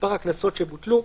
מספר הקנסות שבוטלו,